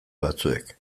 batzuek